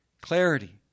Clarity